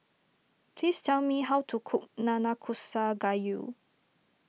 please tell me how to cook Nanakusa Gayu